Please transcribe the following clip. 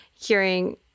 hearing